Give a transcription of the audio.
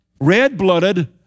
red-blooded